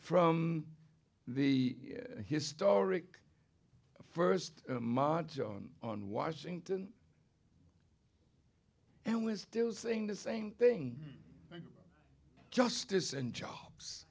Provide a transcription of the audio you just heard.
from the historic first marjon on washington and we're still saying the same thing justice and